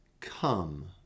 Come